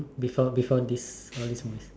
before before this before this one